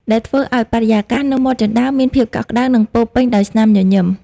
ដែលធ្វើឱ្យបរិយាកាសនៅមាត់ជណ្ដើរមានភាពកក់ក្តៅ និងពោរពេញដោយស្នាមញញឹម។